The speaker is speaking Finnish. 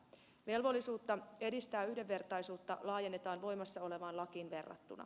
velvollisuutta edistää yhdenvertaisuutta laajennetaan voimassa olevaan lakiin verrattuna